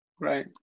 Right